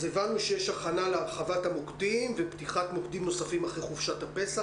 הבנו שיש הכנה להרחבת המוקדים ופתיחת מוקדים נוספים אחרי חופשת הפסח